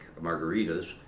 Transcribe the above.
margaritas